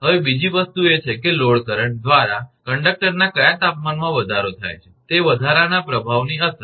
હવે બીજી વસ્તુ એ છે કે લોડ કરંટ દ્વારા કંડક્ટરના કયા તાપમાનમાં વધારો થાય છે તે વધારાના પ્રભાવની અસર